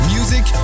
Music